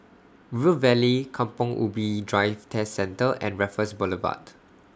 River Valley Kampong Ubi Driving Test Centre and Raffles Boulevard